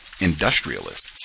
industrialists